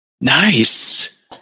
Nice